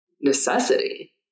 necessity